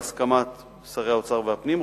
בהסכמת שר האוצר ושר הפנים,